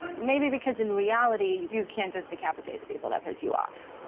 maybe because in reality, you can't just decapitate the people that piss you off.